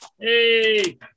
Hey